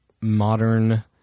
modern